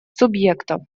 субъектов